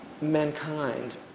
mankind